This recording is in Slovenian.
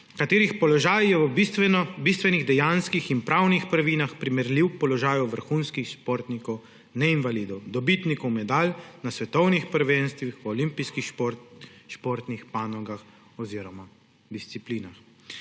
katerih položaj je v bistvenih dejanskih in pravnih prvinah primerljiv položaju vrhunskih športnikov neinvalidov, dobitnikov medalj na svetovnih prvenstvih v olimpijskih športnih panogah oziroma disciplinah.